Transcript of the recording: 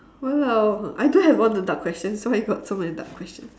!walao! I don't have all the dark questions why you got so many dark questions